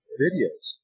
videos